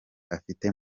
afite